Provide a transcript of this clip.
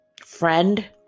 friend